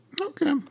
Okay